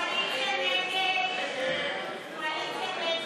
יש עתיד-תל"ם להביע אי-אמון